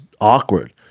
awkward